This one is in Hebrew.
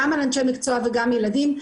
גם על אנשי מקצוע וגם ילדים.